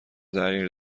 تغییر